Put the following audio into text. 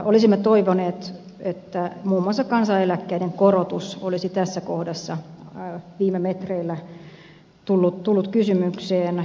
olisimme toivoneet että muun muassa kansaneläkkeiden korotus olisi tässä kohdassa viime metreillä tullut kysymykseen